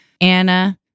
Anna